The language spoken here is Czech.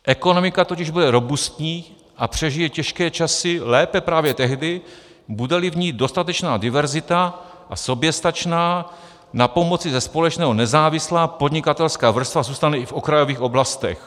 Ekonomika totiž bude robustní a přežije těžké časy lépe právě tehdy, budeli v ní dostatečná diverzita, a soběstačná, na pomoci ze společného nezávislá podnikatelská vrstva zůstane i v okrajových oblastech.